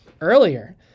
earlier